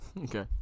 Okay